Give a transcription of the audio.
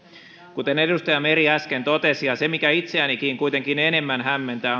kuten edustaja meri äsken totesi ja mikä itseänikin kuitenkin enemmän hämmentää